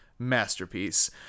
Masterpiece